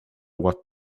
what